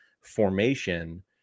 formation